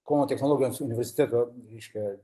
kauno technologijos universiteto reiškia